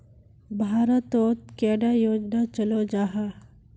भारत तोत कैडा योजना चलो जाहा?